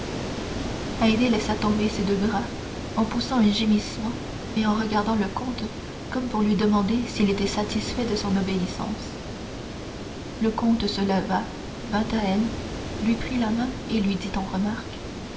laissa tomber ses deux bras en poussant un gémissement et en regardant le comte comme pour lui demander s'il était satisfait de son obéissance le comte se leva vint à elle lui prit la main et lui dit en remarque